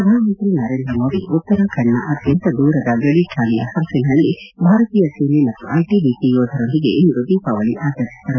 ಪ್ರಧಾನಮಂತ್ರಿ ನರೇಂದ್ರ ಮೋದಿ ಉತ್ತರಾಖಂಡ್ನ ಅತ್ಯಂತ ದೂರದ ಗಡಿ ಠಾಣೆಯ ಪರ್ಸಿಲ್ನಲ್ಲಿ ಭಾರತೀಯ ಸೇನೆ ಮತ್ತು ಐಟಿಬಿಪಿ ಯೋಧರೊಂದಿಗೆ ಇಂದು ದೀಪಾವಳಿ ಆಚರಿಸಿದರು